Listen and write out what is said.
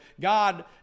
God